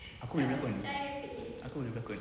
aku boleh berlakon aku boleh berlakon